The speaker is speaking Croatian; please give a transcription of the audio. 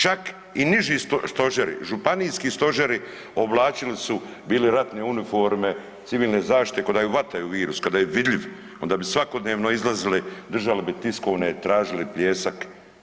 Čak i niži stožeri, županijski stožeri oblačili su bili ratne uniforme civilne zaštite ko da vataju virus, ka da je vidljiv, onda bi svakodnevno izlazili, držali bi tiskovne, tražili pljesak.